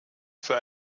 für